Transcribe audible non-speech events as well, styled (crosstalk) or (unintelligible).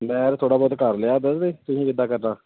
ਮੈਂ ਤਾਂ ਥੋੜ੍ਹਾ ਬਹੁਤ ਕਰ ਲਿਆ (unintelligible) ਤੁਸੀਂ ਕਿੱਦਾਂ ਕਰਨਾ